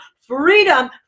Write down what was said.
freedom